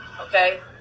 okay